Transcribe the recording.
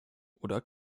oder